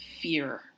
fear